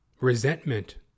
resentment